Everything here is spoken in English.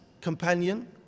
companion